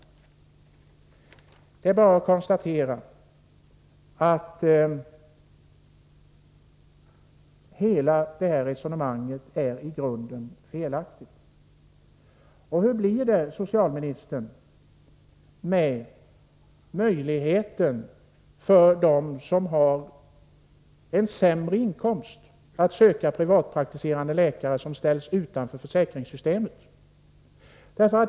Det är bara att konstatera att hela det här resonemanget är i grunden felaktigt. Hur blir det, socialministern, med möjligheten för dem som har en sämre inkomst att söka privatpraktiserande läkare, som ställs utanför försäkringssystemet?